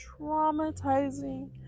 traumatizing